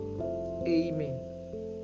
Amen